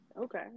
Okay